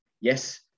yes